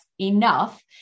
enough